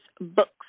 books